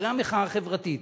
אחרי המחאה החברתית,